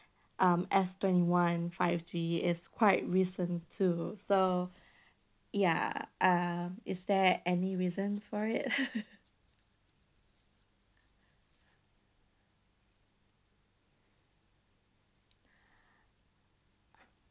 um S twenty one five G is quite recent too so ya uh is there any reason for it